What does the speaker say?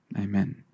amen